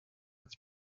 its